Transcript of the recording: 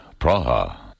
Praha